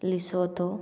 Lesotho